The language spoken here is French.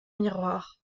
miroir